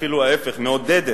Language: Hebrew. אפילו ההיפך: מעודדת,